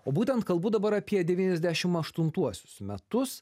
o būtent kalbu dabar apie devyniasdešim aštuntuosius metus